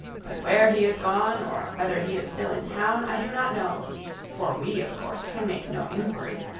but where he is gone, or whether he is still in town, i do not know for we of course can make no inquiry.